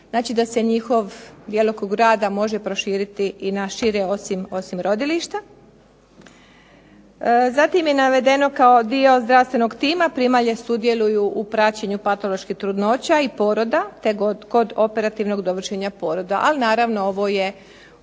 znači da se njihov djelokrug rada može proširiti i na šire osim rodilišta. Zatim je navedeno kao dio zdravstvenog tima primalje sudjeluju u praćenju patoloških trudnoća i poroda, te kod operativnog dovršenja poroda, ali naravno ovo je u